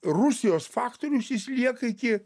rusijos faktorius jis lieka iki